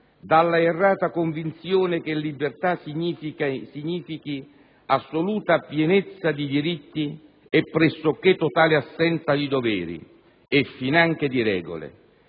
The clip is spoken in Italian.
dalla errata convinzione che libertà significhi assoluta pienezza di diritti e pressoché totale assenza di doveri e finanche di regole.